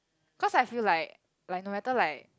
cause I feel like like no matter like